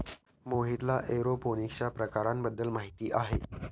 मोहितला एरोपोनिक्सच्या प्रकारांबद्दल माहिती आहे